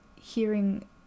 hearing